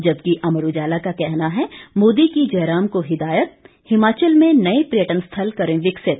जबकि अमर उजाला का कहना है मोदी की जयराम को हिदायत हिमाचल में नए पर्यटन स्थल करें विकसित